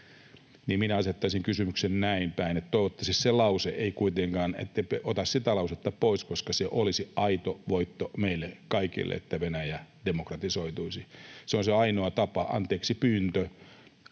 minä asettaisin kysymyksen näin päin, että toivottavasti ette kuitenkaan ota sitä lausetta pois, koska se olisi aito voitto meille kaikille, että Venäjä demokratisoituisi. Se on se ainoa tapa, anteeksipyyntö,